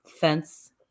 fence